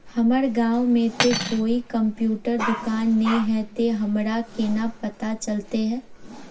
हमर गाँव में ते कोई कंप्यूटर दुकान ने है ते हमरा केना पता चलते है?